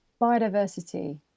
biodiversity